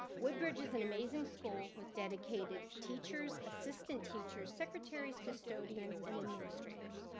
woodbridge is an amazing school with dedicated teachers, assistant teachers, secretaries, custodians and administrators.